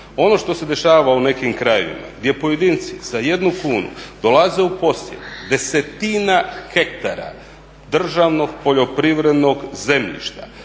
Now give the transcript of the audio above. Ono što se dešava u nekim krajevima gdje pojedinci za 1 kunu dolaze u posjed desetina hektara državnog poljoprivrednog zemljišta.